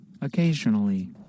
Occasionally